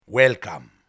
Welcome